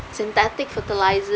synthetic fertilizer